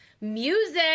music